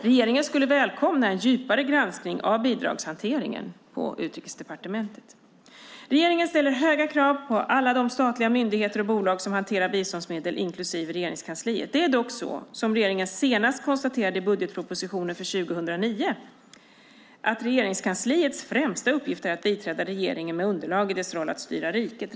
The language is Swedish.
Regeringen skulle välkomna en djupare granskning av bidragshanteringen på Utrikesdepartementet. Regeringen ställer höga krav på alla de statliga myndigheter och bolag som hanterar biståndsmedel, inklusive Regeringskansliet. Det är dock så, som regeringen konstaterade senast i budgetpropositionen för 2009, att Regeringskansliets främsta uppgift är att biträda regeringen med underlag i dess roll att styra riket.